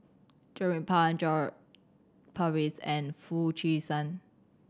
Jernnine Pang John Purvis and Foo Chee San